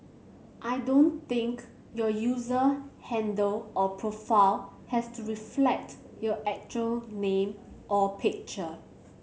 I don't think your user handle or profile has to reflect your actual name or picture